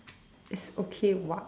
is okay [what]